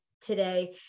today